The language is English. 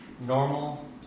normal